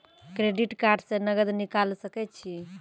Credit card से नगद निकाल सके छी?